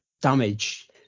damage